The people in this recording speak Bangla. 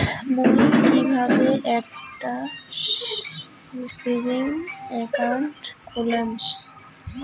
মুই কিভাবে একটা সেভিংস অ্যাকাউন্ট খুলিম?